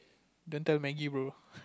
don't tell maggie bro